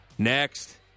Next